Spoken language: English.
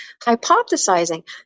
hypothesizing